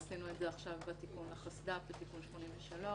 עשינו את זה עכשיו בתיקון לחסד"פ, בתיקון 83,